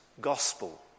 gospel